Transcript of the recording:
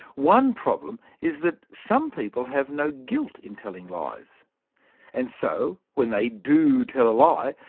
one problem is that some people have no guilt in telling lies and so when they do tell a lie,